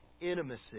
intimacy